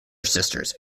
sisters